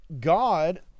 God